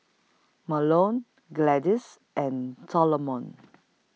Mahlon Gladys and Solomon